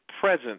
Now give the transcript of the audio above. presence